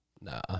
Nah